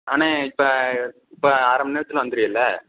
அண்ணே இப்போ இப்போ அரை மணி நேரத்தில் வந்துருவில்ல